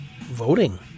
voting